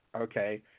Okay